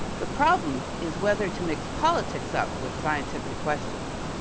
the problem is whether to mix politics up with scientific questions.